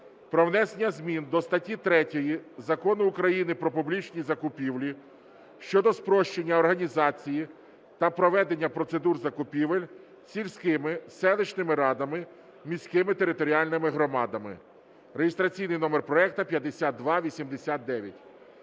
про внесення змін до статті 3 Закону України "Про публічні закупівлі" щодо спрощення організації та проведення процедур закупівель сільськими, селищними радами, міськими територіальними громадами. Шановні колеги, я так